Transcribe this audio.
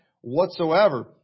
whatsoever